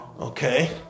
okay